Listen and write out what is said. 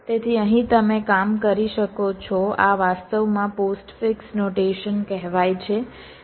તેથી અહીં તમે કામ કરી શકો છો આ વાસ્તવમાં પોસ્ટફિક્સ નોટેશન કહેવાય છે